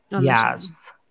yes